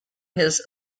his